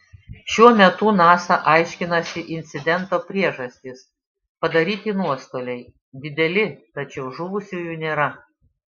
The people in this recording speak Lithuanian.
šiuo metu nasa aiškinasi incidento priežastis padaryti nuostoliai dideli tačiau žuvusiųjų nėra